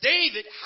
David